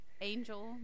angel